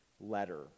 letter